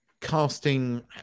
casting